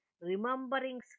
remembering